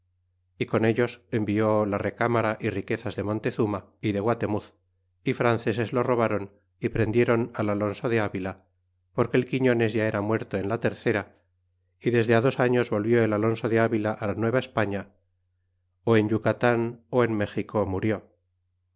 é con ellos envió la recámara é riquezas de montezuma é de guatemuz franceses lo robáron é prendieron al alonso de avila porque el quiñones ya era muerto en la tercera é desde dos años volvió el alonso de avila la nueva españa ó en yucatan o en méxico murió